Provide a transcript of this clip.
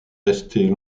restée